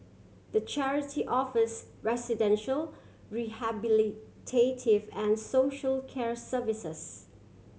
the charity offers residential rehabilitative and social care services